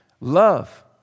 Love